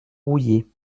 rouillé